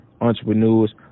entrepreneurs